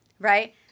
Right